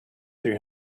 three